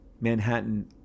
Manhattan